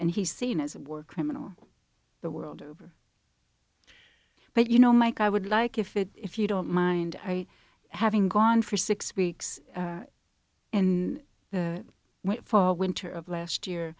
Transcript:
and he's seen as it were criminal the world over but you know mike i would like if it if you don't mind i having gone for six weeks in the fall winter of last year